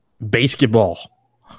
basketball